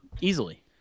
Easily